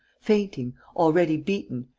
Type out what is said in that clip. fainting, already beaten,